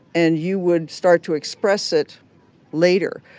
and you would start to express it later.